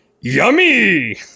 Yummy